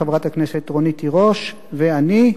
חברת הכנסת רונית תירוש ואני.